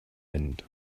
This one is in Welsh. mynd